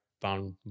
found